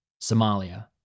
Somalia